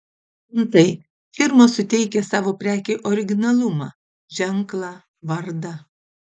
antai firmos suteikia savo prekei originalumą ženklą vardą